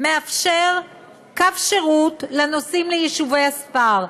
הוא מאפשר קו שירות לנוסעים ליישובי הספר,